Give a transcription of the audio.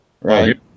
right